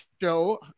show